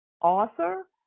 author